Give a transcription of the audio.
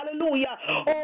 hallelujah